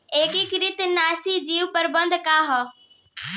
एकीकृत नाशी जीव प्रबंधन का ह?